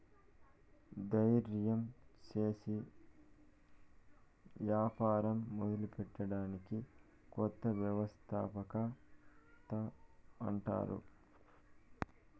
దయిర్యం సేసి యాపారం మొదలెట్టడాన్ని కొత్త వ్యవస్థాపకత అంటారు